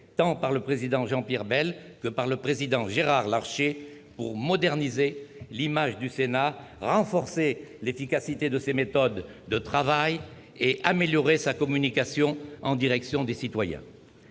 tant par le président Jean-Pierre Bel que par le président Gérard Larcher, pour moderniser l'image du Sénat, renforcer l'efficacité de ses méthodes de travail et améliorer sa communication en direction des citoyens.